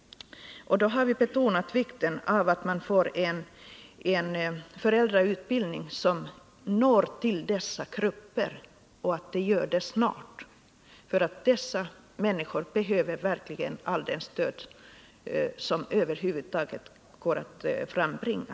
Vi har i den betonat vikten av att vi får en föräldrautbildning som når dessa grupper och framhållit att det måste ske snart. Dessa människor behöver verkligen allt det stöd som över huvud taget går att frambringa.